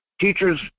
Teachers